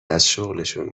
ازشغلشون